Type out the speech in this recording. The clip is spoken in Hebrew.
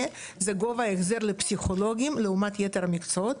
את גובה החזר הפסיכולוגים לעומת יתר המקצועות.